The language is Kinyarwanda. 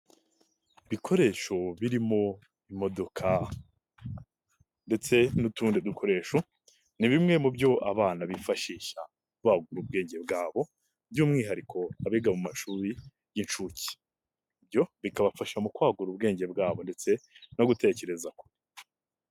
Ibikoresho birimo imodoka ndetse n'utundi dukoresho, ni bimwe mu byo abana bifashisha bagura ubwenge bwabo, by'umwihariko abiga mu mashuri y'inshuke. Ibyo bikabafasha mu kwagura ubwenge bwabo ndetse no gutekereza kure.